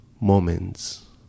moments